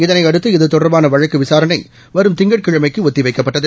இதனையடுத்து இதுதொடர்பான வழக்கு விசாரணை வரும் திங்கட்கிழமைக்கு ஒத்தி வைக்கப்பட்டது